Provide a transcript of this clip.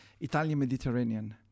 Italian-Mediterranean